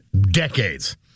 decades